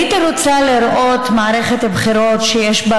הייתי רוצה לראות מערכת בחירות שיש בה